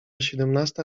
siedemnasta